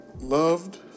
loved